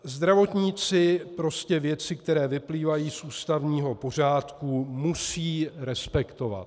Zdravotníci prostě věci, které vyplývají z ústavního pořádku, musí respektovat.